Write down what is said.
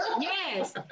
yes